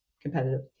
competitive